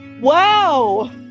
wow